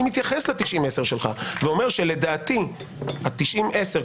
מתייחס ל-90-10 שלך ואומר שלדעתי ה-90-10,